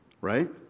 right